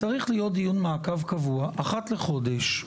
צריך להיות דיון מעקב קבוע אחת לחודש,